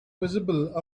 visible